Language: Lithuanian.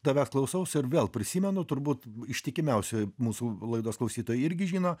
tavęs klausausi ir vėl prisimenu turbūt ištikimiausi mūsų laidos klausytojai irgi žino